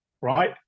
right